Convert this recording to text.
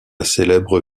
célèbre